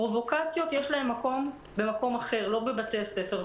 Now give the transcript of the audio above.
אין מקום לפרובוקציות בבתי הספר.